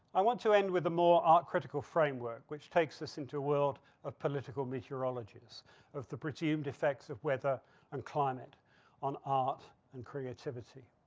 i want to end with a more art critical framework which takes us into world of political meteorologists of the presumed effects of weather and climate on art and creativity.